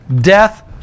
death